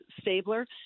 Stabler